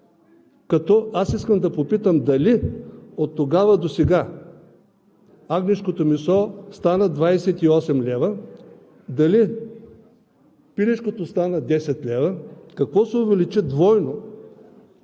лв. Аз искам да попитам дали оттогава досега агнешкото месо стана 28 лв., дали пилешкото стана 10 лв.? Какво се увеличи двойно?